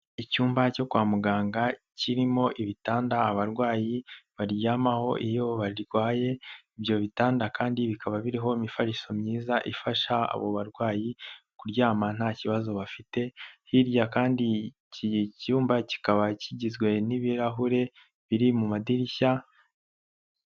Icyumba cyo kwa muganga kirimo ibitanda abarwayi baryamaho iyo barwaye, ibyo bitanda kandi bikaba biriho imifariso myiza ifasha abo barwayi, kuryama nta kibazo bafite, hirya kandi iki cyumba kikaba kigizwe n'ibirahure biri mu madirishya.